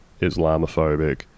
Islamophobic